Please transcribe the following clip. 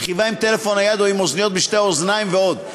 רכיבה עם טלפון נייד או עם אוזניות בשתי האוזניים ועוד.